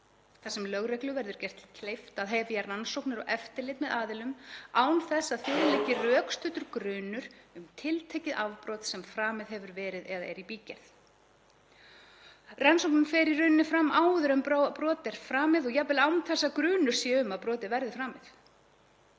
sem lögreglu verður gert kleift að hefja rannsóknir og eftirlit með aðilum án þess að fyrir liggi rökstuddur grunur um tiltekið afbrot sem framið hefur verið eða er í bígerð. Rannsóknin fer í rauninni fram áður en brot er framið og jafnvel án þess að grunur sé um að brotið verði framið.